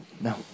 No